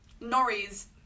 Norrie's